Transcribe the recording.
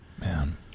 Man